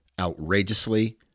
outrageously